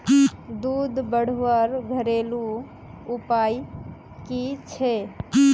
दूध बढ़वार घरेलू उपाय की छे?